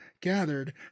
gathered